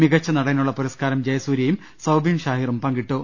മികച്ച നടനുള്ള പുരസ്കാരം ജയ സൂര്യയും സൌബിൻ ഷാഹിറും പങ്കിട്ടു